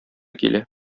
килә